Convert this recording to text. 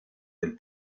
del